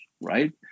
right